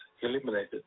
eliminated